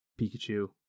pikachu